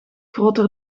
groter